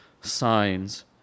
signs